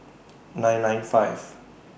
nine nine five